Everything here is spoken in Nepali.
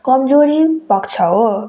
कमजोरी पक्ष हो